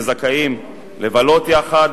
וזכאים לבלות יחד,